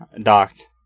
docked